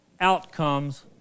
outcomes